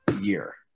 year